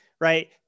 right